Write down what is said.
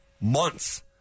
months